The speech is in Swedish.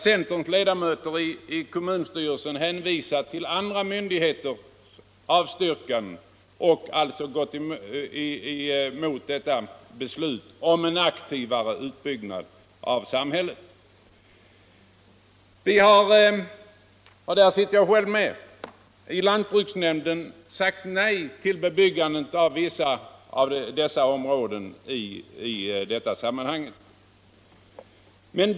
Centerns ledamöter i kommunstyrelsen där har hänvisat till andra myndigheters avstyrkanden och alltså gått emot beslutet om en sådan utbyggnad av tätorten. Vi har i lantbruksnämnden -— där jag själv sitter med — sagt nej till bebyggandet av vissa av dessa områden.